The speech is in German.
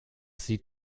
sieht